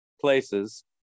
places